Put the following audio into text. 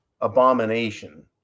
abomination